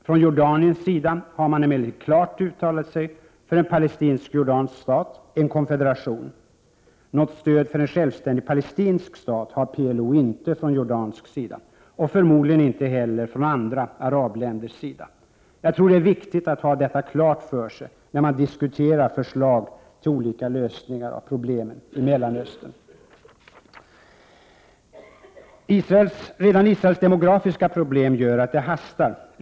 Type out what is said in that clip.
Från Jordaniens sida har man emellertid klart uttalat sig för en palestinsk-jordansk stat, en konfederation. Något stöd för en självständig palestinsk stat har PLO inte från jordansk sida och förmodligen inte heller från andra arabländers sida. Jag tror att det är viktigt att ha detta klart för sig när man diskuterar förslag till olika lösningar av problemen i Mellanöstern. Redan Israels demografiska problem gör att det hastar.